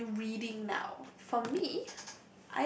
are you reading now for me